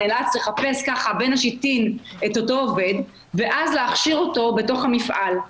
הוא נאלץ לחפש בין השיטין את אותו עובד ואז להכשיר אותו בתוך המפעל.